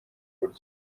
buryo